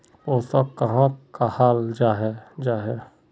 पोषण कहाक कहाल जाहा जाहा?